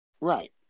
Right